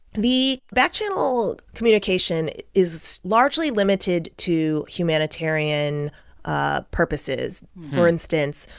the back-channel communication is largely limited to humanitarian ah purposes. for instance,